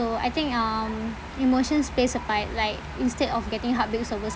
I think um emotion specified like instead of getting heartbreaks over